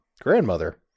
grandmother